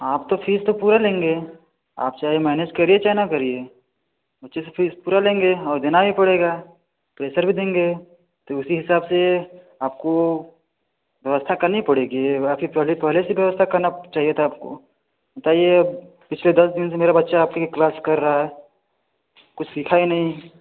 आप तो फ़ीस तो पूरा लेंगे आप चाहे माइनेस करिए चाहें ना करिए बच्चे से फीस पूरा लेंगे और देना ही पड़ेगा प्रेसर भी देंगे तो उसी हिसाब से आपको व्यवस्था करनी पड़ेगी पहले पहले से व्यवस्था करना चाहिए था आपको बताइए पिछले दस दिन से मेरा बच्चा आपकी यह क्लास कर रही है कुछ सीखा ही नहीं